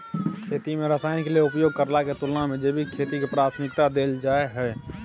खेती में रसायन के उपयोग करला के तुलना में जैविक खेती के प्राथमिकता दैल जाय हय